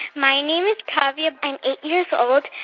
my name is kavya. i'm eight years old.